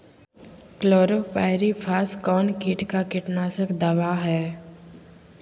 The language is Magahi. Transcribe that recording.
क्लोरोपाइरीफास कौन किट का कीटनाशक दवा है?